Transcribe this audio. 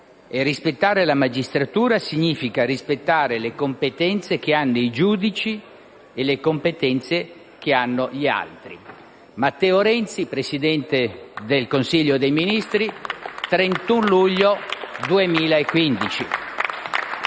rispettare la magistratura significa rispettare le competenze che hanno i giudici e le competenze che hanno gli altri». Matteo Renzi, Presidente del Consiglio dei ministri, 31 luglio 2015.